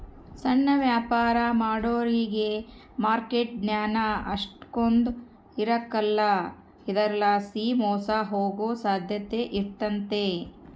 ಸಣ್ಣ ವ್ಯಾಪಾರ ಮಾಡೋರಿಗೆ ಮಾರ್ಕೆಟ್ ಜ್ಞಾನ ಅಷ್ಟಕೊಂದ್ ಇರಕಲ್ಲ ಇದರಲಾಸಿ ಮೋಸ ಹೋಗೋ ಸಾಧ್ಯತೆ ಇರ್ತತೆ